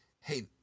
Hey